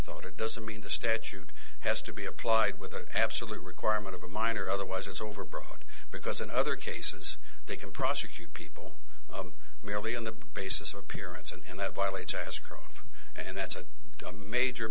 thought it doesn't mean the statute has to be applied with the absolute requirement of a minor otherwise it's overbroad because in other cases they can prosecute people merely on the basis of appearance and that violates our escrow and that's a major